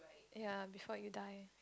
ya before you die